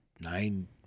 nine